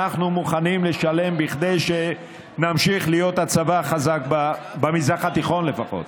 אנחנו מוכנים לשלם כדי שנמשיך להיות הצבא החזק במזרח התיכון לפחות.